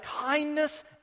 kindness